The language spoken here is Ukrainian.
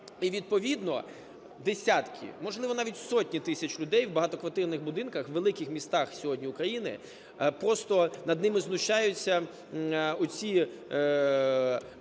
І, відповідно, десятки, можливо, навіть сотні тисяч людей у багатоквартирних будинках у великих містах сьогодні України, просто над ними знущаються оці